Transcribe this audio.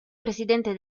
presidente